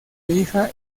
hija